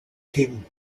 king